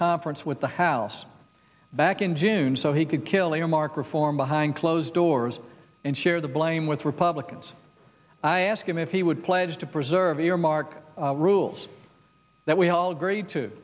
conference with the house back in june so he could kill a remark reform behind closed doors and share the blame with republicans i asked him if he would pledge to preserve earmark rules that we all agreed to